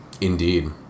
Indeed